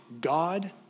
God